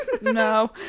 No